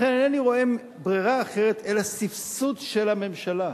לכן אינני רואה ברירה אחרת אלא סבסוד של הממשלה.